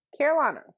Carolina